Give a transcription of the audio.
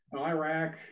Iraq